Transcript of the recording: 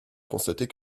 constater